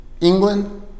England